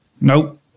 Nope